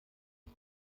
ich